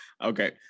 Okay